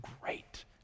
great